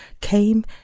came